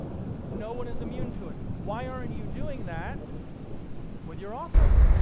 no one is immune to it. why aren't you doing that with your offers?